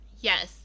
Yes